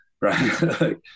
right